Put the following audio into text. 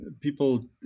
people